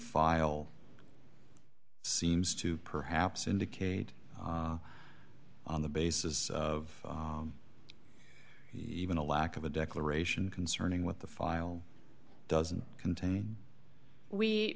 file seems to perhaps indicate on the basis of even a lack of a declaration concerning with the file doesn't contain we